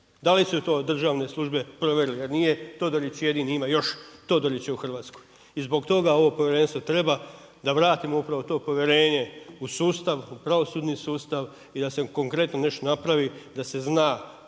Da li su to državne službe provjerile jer nije Todorić jedini, ima još Todorića u Hrvatskoj. I zbog toga ovo povjerenstvo treba, da vratimo upravo to povjerenje u sustav, u pravosudni sustav i da se konkretno nešto napravi i da se zna